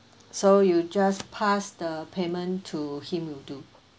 so you just pass the payment to him you to